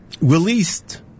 released